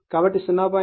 కాబట్టి K 0